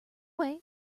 way